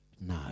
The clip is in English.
no